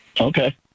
Okay